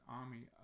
army